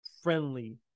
friendly